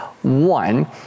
One